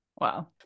Wow